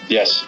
Yes